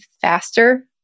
faster